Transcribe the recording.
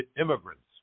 immigrants